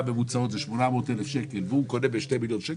הממוצעות זה 800,000 שקל והוא קונה ב-2 מיליון שקל,